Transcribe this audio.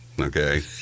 Okay